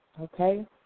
okay